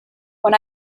when